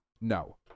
no